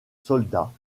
soldats